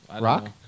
Rock